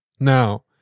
Now